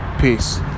Peace